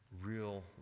real